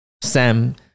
Sam